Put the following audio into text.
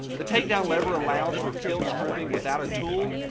the takedown lever allows for field stripping without a tool.